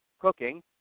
cooking